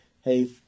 hey